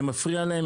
זה מפריע להם,